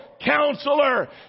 counselor